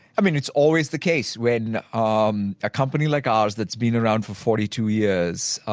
i mean it's always the case when um a company like ours that's been around for forty two years,